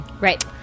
Right